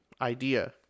idea